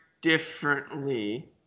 differently